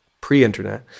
pre-internet